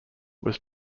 was